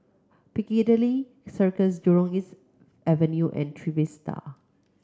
Piccadilly Circus Jurong East Avenue and Trevista